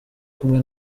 kumwe